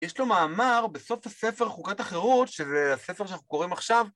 יש לו מאמר בסוף הספר חוקת החירות, שזה הספר שאנחנו קוראים עכשיו,